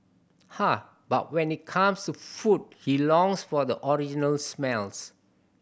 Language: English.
ah but when it comes to food he longs for the original smells